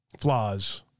flaws